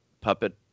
puppet